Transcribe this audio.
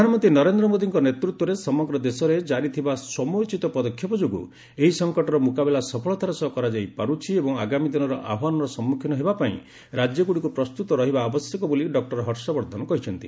ପ୍ରଧାନମନ୍ତ୍ରୀ ନରେନ୍ଦ୍ର ମୋଦୀଙ୍କ ନେତୃତ୍ୱରେ ସମଗ୍ର ଦେଶରେ ଜାରି ଥିବା ସମୟୋଚିତ ପଦକ୍ଷେପ ଯୋଗୁଁ ଏହି ସଫକଟର ମୁକାବିଲା ସଫଳତାର ସହ କରାଯାଇ ପାରୁଛି ଏବଂ ଆଗାମୀ ଦିନର ଆହ୍ୱାନର ସମ୍ମୁଖୀନ ହେବା ପାଇଁ ରାଜ୍ୟଗୁଡ଼ିକୁ ପ୍ରସ୍ତୁତ ରହିବା ଆବଶ୍ୟକ ବୋଲି ଡକ୍ଟର ହର୍ଷବର୍ଦ୍ଧନ କହିଛନ୍ତି